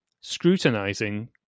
scrutinizing